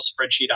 spreadsheet